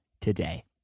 today